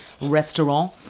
restaurant